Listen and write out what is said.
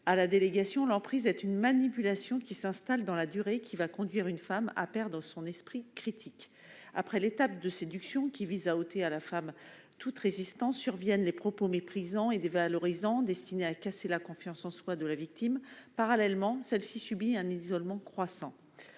du Sénat : l'emprise est « une manipulation qui s'installe dans la durée, qui va conduire une femme à perdre son esprit critique ». Après l'étape de séduction, qui vise à ôter à la femme toute résistance, surviennent les propos méprisants et dévalorisants, destinés à casser la confiance en soi de la victime. Parallèlement, celle-ci subit un isolement croissant.